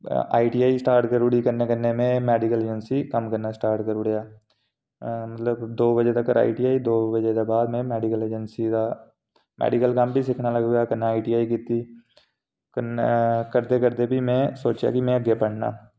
ITI start करी ओड़ी कन्नै कन्नै में मैडिकल अजैंसी च कम्म करना स्टार्ट करी ओड़ेआ लगभग दो बजे धोड़ी आईटीआई दो बजे दे बाद में मैडिकल अजैंसी दा मैडीकल कम्म बी लगी पेआ कन्नै आईटीआई कीती कन्नै करदे करदे भी में सोचेआ भी में अग्गे पढ़ना